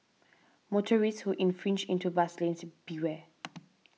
motorists who infringe into bus lanes beware